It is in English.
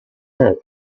head